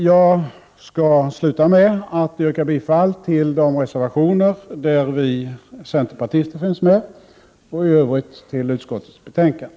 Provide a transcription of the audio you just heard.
Jag skall sluta med att yrka bifall till de reservationer där centerpartisterna finns med och i övrigt till hemställan i utskottets betänkande.